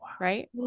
right